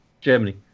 Germany